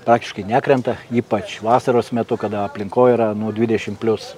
praktiškai nekrenta ypač vasaros metu kada aplinkoje yra nuo dvidešimt plius